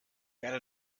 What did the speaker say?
werde